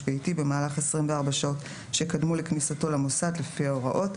ביתי במהלך 24 השעות שקדמו לכניסתו למוסד לפי ההוראות,